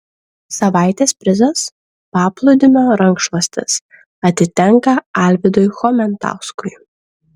savaitės prizas paplūdimio rankšluostis atitenka alvydui chomentauskui